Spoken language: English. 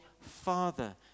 father